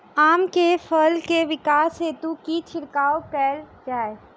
आम केँ फल केँ विकास हेतु की छिड़काव कैल जाए?